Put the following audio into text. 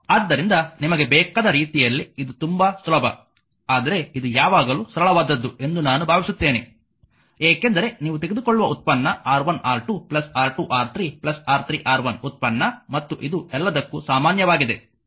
ಆದ್ದರಿಂದ ನಿಮಗೆ ಬೇಕಾದ ರೀತಿಯಲ್ಲಿ ಇದು ತುಂಬಾ ಸುಲಭ ಆದರೆ ಇದು ಯಾವಾಗಲೂ ಸರಳವಾದದ್ದು ಎಂದು ನಾನು ಭಾವಿಸುತ್ತೇನೆ ಏಕೆಂದರೆ ನೀವು ತೆಗೆದುಕೊಳ್ಳುವ ಉತ್ಪನ್ನ R1R2 R2R3 R3R1 ಉತ್ಪನ್ನ ಮತ್ತು ಇದು ಎಲ್ಲದಕ್ಕೂ ಸಾಮಾನ್ಯವಾಗಿದೆ Ra Rb Rc ಅಂಶ ಸಾಮಾನ್ಯವಾಗಿದೆ